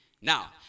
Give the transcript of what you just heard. Now